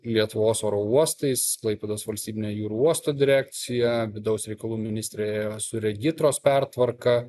lietuvos oro uostais klaipėdos valstybinio jūrų uosto direkcija vidaus reikalų ministrė ėjo su regitros pertvarka